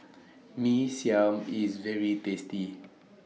Mee Siam IS very tasty